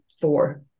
four